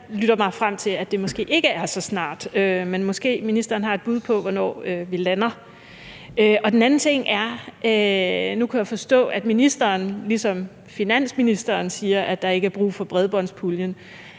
lytter mig frem til, at det måske ikke er så snart, men måske ministeren har et bud på, hvornår vi lander. Den anden ting er: Nu kunne jeg forstå, at ministeren ligesom finansministeren siger, at der ikke er brug for bredbåndspuljen,